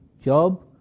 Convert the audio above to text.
Job